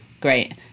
great